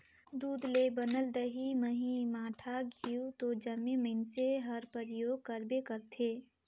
दूद ले बनल दही, मही, मठा, घींव तो जम्मो मइनसे हर परियोग करबे करथे